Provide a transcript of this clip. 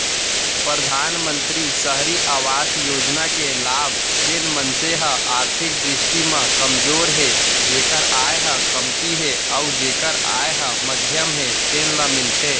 परधानमंतरी सहरी अवास योजना के लाभ जेन मनसे ह आरथिक दृस्टि म कमजोर हे जेखर आय ह कमती हे अउ जेखर आय ह मध्यम हे तेन ल मिलथे